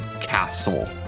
castle